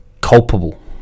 culpable